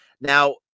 Now